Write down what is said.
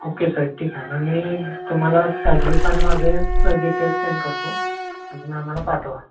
okay sir ठीक आहे मग मी तुम्हाला ॲड्रेस आणि माझे डिटेल्स सेंड करतो तुम्ही आम्हाला पाठवा